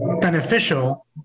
beneficial